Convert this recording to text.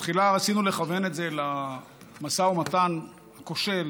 בתחילה רצינו לכוון את זה למשא מתן כושל